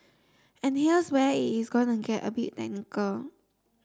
and here's where it is going to get a bit technical